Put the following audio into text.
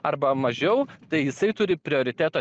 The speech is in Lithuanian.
arba mažiau tai jisai turi prioriteto